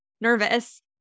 nervous